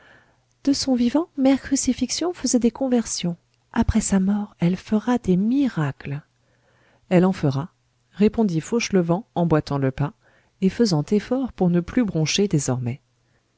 de son vivant mère crucifixion faisait des conversions après sa mort elle fera des miracles elle en fera répondit fauchelevent emboîtant le pas et faisant effort pour ne plus broncher désormais